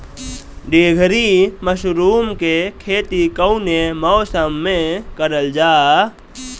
ढीघरी मशरूम के खेती कवने मौसम में करल जा?